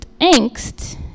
angst